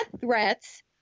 threats